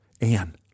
Anne